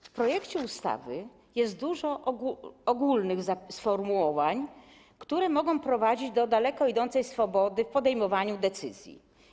W projekcie ustawy jest dużo ogólnych sformułowań, które mogą prowadzić do daleko idącej swobody w podejmowaniu decyzji.